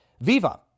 Viva